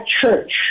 church